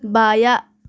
بایاں